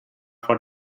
for